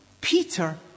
Peter